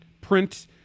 print